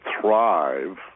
thrive